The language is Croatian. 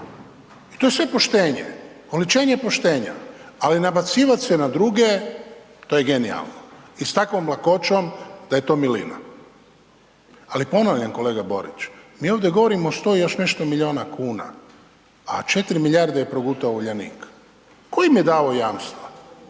i to je sve poštenje, oličenje poštenja. Ali nabacivati se na druge, to je genijalno i s takvom lakoćom da je to milina. Ali ponavljam, kolega Borić, mi ovdje govorimo o 100 i još nešto milijuna kuna, a 4 milijarde je progutao Uljanik. Tko im je dao jamstva?